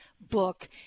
book